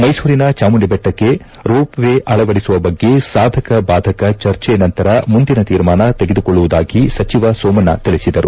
ಮೈಸೂರಿನ ಚಾಮುಂಡಿ ದೆಟ್ಟಕ್ಕೆ rope way ಅಳವಡಿಸುವ ಬಗ್ಗೆ ಸಾಧಕ ಬಾಧಕ ಚರ್ಚೆ ನಂತರ ಮುಂದಿನ ತೀರ್ಮಾನ ತೆಗೆದುಕೊಳ್ಳುವುದಾಗಿ ಸಚಿವ ಸೋಮಣ್ಣ ತಿಳಿಸಿದರು